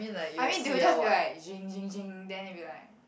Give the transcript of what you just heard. I mean they will just be like jing jing jing then they be like